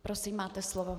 Prosím, máte slovo.